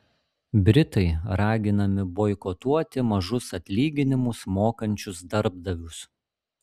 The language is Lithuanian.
britai raginami boikotuoti mažus atlyginimus mokančius darbdavius